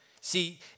See